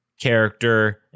character